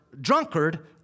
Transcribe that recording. drunkard